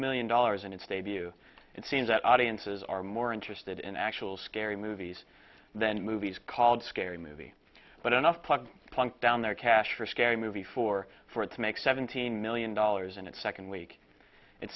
million dollars in its debut it seems that audiences are more interested in actual scary movies than movies called scary movie but enough plugs plunk down their cash for a scary movie four for it to make seventeen million dollars in its second week it